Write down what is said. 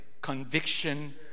conviction